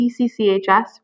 TCCHS